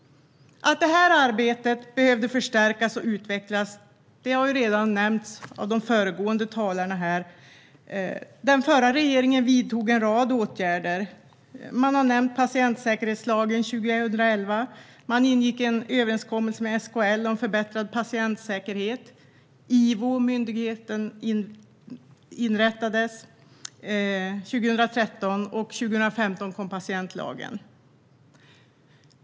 Att det här arbetet behövde förstärkas och utvecklas har redan nämnts av föregående talare. Den förra regeringen vidtog en rad åtgärder. Patientsäkerhetslagen 2011 har nämnts. Man ingick en överenskommelse med SKL om förbättrad patientsäkerhet. Myndigheten IVO inrättades 2013, och 2015 kom patientlagen.